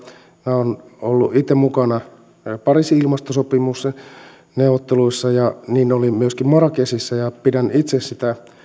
minä olen ollut itse mukana pariisin ilmastosopimusneuvotteluissa ja niin olin myöskin marrakechissa ja pidän itse